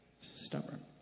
Stubborn